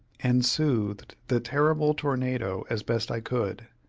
and soothed the terrible tornado as best i could.